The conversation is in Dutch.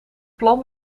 plan